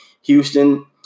Houston